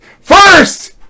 First